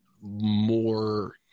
more